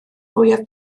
fwyaf